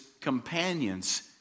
companions